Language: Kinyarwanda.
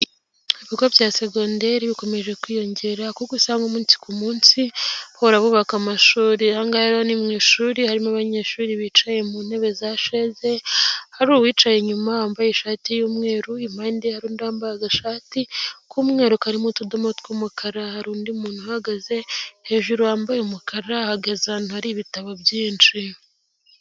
Ibigo bya segondere bikomeje kwiyongera kuko usanga umunsi ku munsi bahora bubaka amashuri, ahangaha rero ni mu ishuri harimo abanyeshuri bicaye mu ntebe zasheze hari uwicaye inyuma wambaye ishati y'umweru impande ye hari undi wambaye agashati k'umweru karimo utudomo tw'umukara, hari undi muntu uhagaze hejuru wambaye umukara ahagaze ahantu hari ibitabo byinshi.